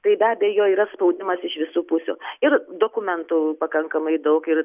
tai be abejo yra spaudimas iš visų pusių ir dokumentų pakankamai daug ir